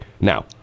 now